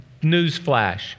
newsflash